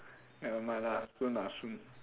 never mind lah soon ah soon